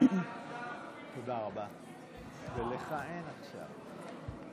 גברתי השרה, אפשר,